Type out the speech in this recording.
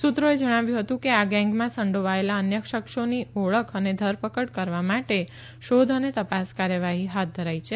સૂત્રોએ જણાવ્યું હતું કે આ ગેંગમાં સંડોવાયેલા અન્ય શખ્સોની ઓળખ અને ધરપકડ કરવા માટે શોધ અને તપાસ કાર્યવાહી હાથ ધરાઇ છે